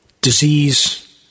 disease